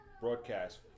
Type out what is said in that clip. broadcast